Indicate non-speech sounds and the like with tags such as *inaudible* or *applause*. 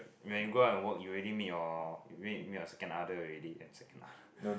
when you go out and work you already meet your meet meet your second other already and second other *breath*